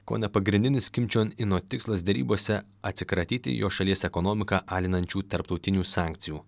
kone pagrindinis kim čion ino tikslas derybose atsikratyti jo šalies ekonomiką alinančių tarptautinių sankcijų